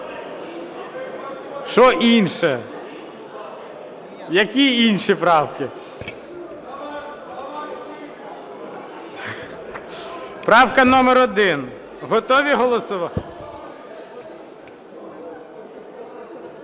Що інше? Які інші правки? Правка номер 1. Готові голосувати?